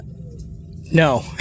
No